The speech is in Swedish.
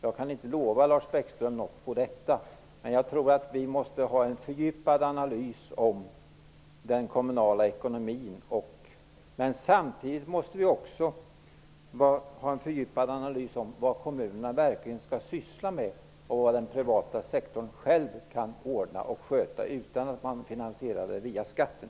Jag kan inte lova Lars Bäckström något om detta. Men jag tror att vi måste ha en fördjupad analys om den kommunala ekonomin. Samtidigt måste vi också ha en fördjupad analys av vad kommunerna verkligen skall syssla med och vad den privata sektorn själv kan ordna och sköta utan att man finansierar det via skatten.